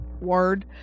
word